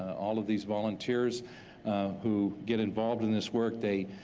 all of these volunteers who get involved in this work, they.